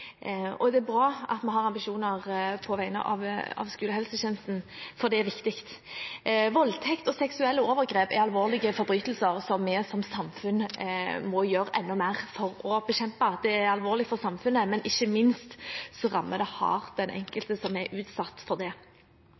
Det er bra at vi har ambisjoner på vegne av skolehelsetjenesten, for det er viktig. Voldtekt og seksuelle overgrep er alvorlige forbrytelser som vi som samfunn må gjøre enda mer for å bekjempe. Det er alvorlig for samfunnet, men ikke minst rammer det hardt den enkelte som er utsatt for det.